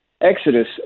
exodus